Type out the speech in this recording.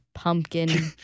Pumpkin